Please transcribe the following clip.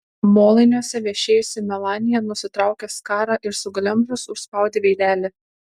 molainiuose viešėjusi melanija nusitraukė skarą ir suglemžus užspaudė veidelį